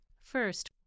First